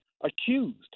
accused